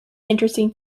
interesting